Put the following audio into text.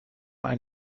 ein